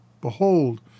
Behold